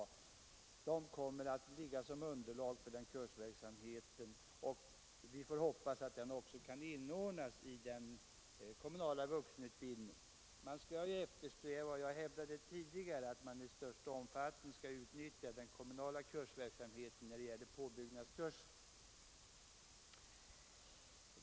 Kurspaketen skall utgöra underlag för denna kursverksamhet, vilken vi hoppas också skall inordnas i den kommunala vuxenutbildningen. Jag har redan tidigare hävdat att man i största möjliga omfattning bör eftersträva att utnyttja den kommunala kursverksamheten i påbyggnadskurser.